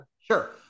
sure